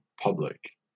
public